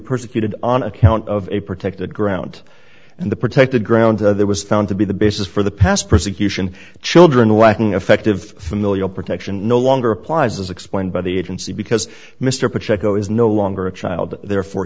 persecuted on account of a protected ground and the protected ground there was found to be the basis for the past persecution children lacking effective familial protection no longer applies as explained by the agency because mr pacheco is no longer a child therefore